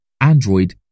Android